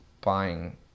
buying